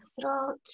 throat